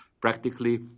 practically